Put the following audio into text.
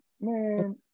Man